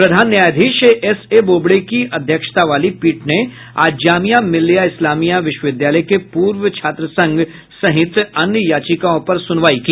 प्रधान न्यायाधीश S A Bobde की अध्यक्षता वाली पीठ ने आज जामिया मिल्लिया इस्लामिया विश्वविद्यालय के पूर्व छात्र संघ सहित अन्य याचिकाओं पर सुनवाई की